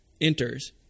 enters